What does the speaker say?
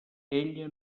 ella